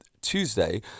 Tuesday